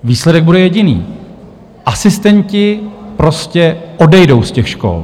Výsledek bude jediný asistenti prostě odejdou z těch škol.